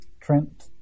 Trent